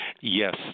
Yes